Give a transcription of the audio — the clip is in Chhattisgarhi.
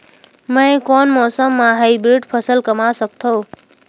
मै कोन मौसम म हाईब्रिड फसल कमा सकथव?